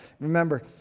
Remember